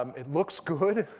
um it looks good.